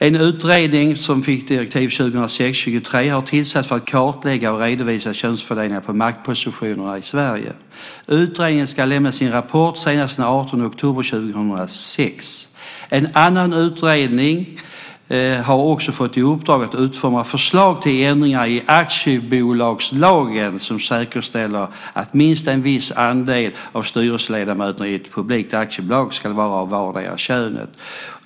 En utredning - direktiv 2006:23 - har tillsatts för att kartlägga och redovisa könsfördelningen på maktpositionerna i Sverige. Utredningen ska avlämna sin rapport senast den 18 oktober 2006. En annan utredning har fått i uppdrag att utforma förslag till ändringar i aktiebolagslagen som säkerställer att minst en viss andel av styrelseledamöterna i ett publikt aktiebolag ska vara av vardera könet.